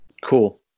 Cool